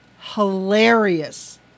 hilarious